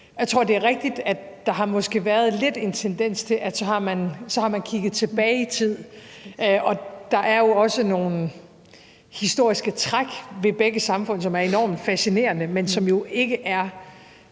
Jeg tror, det er rigtigt, at der måske lidt har været en tendens til, at man har kigget tilbage i tid, og der er jo også nogle historiske træk ved begge samfund, som er enormt fascinerende, men som ikke er,